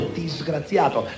disgraziato